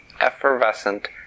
effervescent